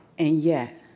and yet,